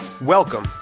Welcome